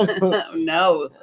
no